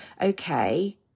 Okay